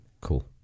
cool